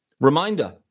Reminder